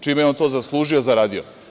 Čime je on to zaslužio, zaradio?